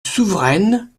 souveraine